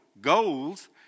goals